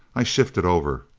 i shifted over.